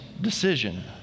decision